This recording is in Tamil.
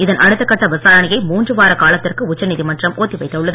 இதன் அடுத்தக்கட்ட விசாரணையை மூன்று வார காலத்திற்கு உச்சநீதிமன்றம் ஒத்தி வைத்துள்ளது